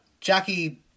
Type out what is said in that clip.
Jackie